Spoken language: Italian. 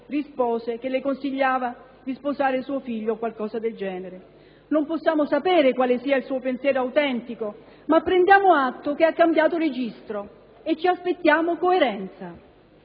rispose che le consigliava di sposare suo figlio o qualcosa del genere. Non possiamo sapere quale sia il suo pensiero autentico, ma prendiamo atto che ha cambiato registro e ci aspettiamo coerenza.